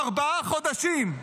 ארבעה חודשים.